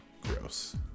Gross